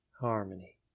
Harmony